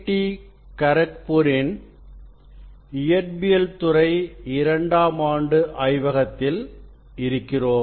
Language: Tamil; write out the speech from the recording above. டி கரக்பூரின் இயற்பியல் துறை இரண்டாம் ஆண்டு ஆய்வகத்தில் இருக்கிறோம்